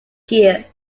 gear